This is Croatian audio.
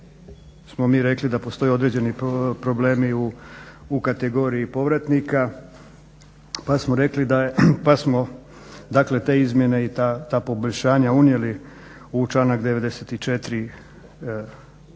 smo mi rekli da postoji određeni problemi u kategoriji povratnika pa smo te izmjene i ta poboljšanja unijeli u članak